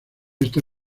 esta